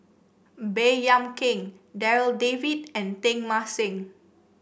Baey Yam Keng Darryl David and Teng Mah Seng